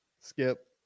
Skip